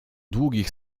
długich